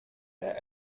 der